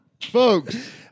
Folks